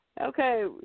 Okay